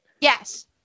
yes